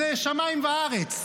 זה שמיים וארץ.